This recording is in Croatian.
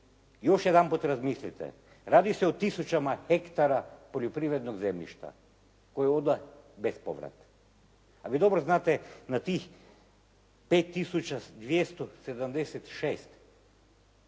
Još jedanput razmislite. Radi se o tisućama hektara poljoprivrednog zemljišta koje je onda bespovrat. A vi dobro znate na tih 5 276